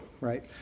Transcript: right